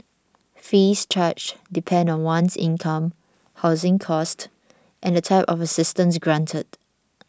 fees charged depend on one's income housing cost and the type of assistance granted